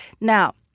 now